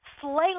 slightly